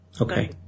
Okay